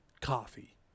coffee